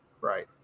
right